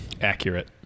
accurate